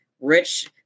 Rich